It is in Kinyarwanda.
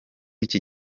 iki